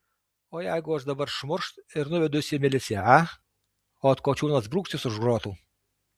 o jeigu aš dabar šmurkšt ir nuvedu jus į miliciją a o atkočiūnas brūkšt jus už grotų